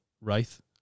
Wraith